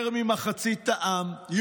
יותר ממחצית העם,